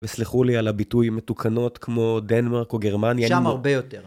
וסלחו לי על הביטוי מתוקנות, כמו דנמרק או גרמניה, שם הרבה יותר.